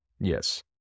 yes